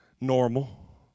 Normal